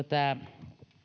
tämä